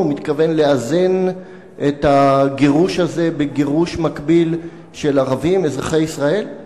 ומתכוון לאזן את הגירוש הזה בגירוש מקביל של ערבים אזרחי ישראל?